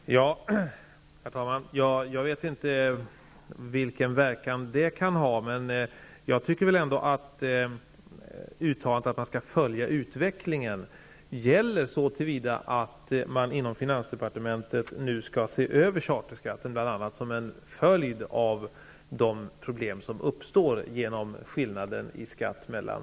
Herr talman! Jag vet inte vilken verkan det kan ha. Jag tycker ändå att uttalandet att man skall följa utvecklingen gäller så till vida att man inom finansdepartementet nu skall se över charterskatten bl.a. som en följd av de problem som uppstår genom skillnaden i skatt mellan